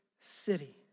city